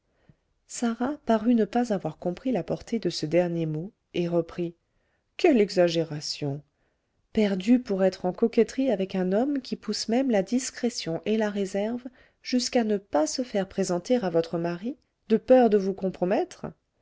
sarah parut ne pas avoir compris la portée de ce dernier mot et reprit quelle exagération perdue pour être en coquetterie avec un homme qui pousse même la discrétion et la réserve jusqu'à ne pas se faire présenter à votre mari de peur de vous compromettre